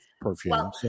perfume